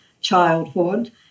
childhood